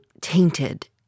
tainted